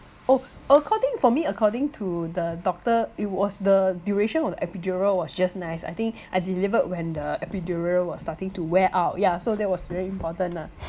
oh according for me according to the doctor it was the duration of the epidural was just nice I think I delivered when the epidural was starting to wear out yeah so that was very important lah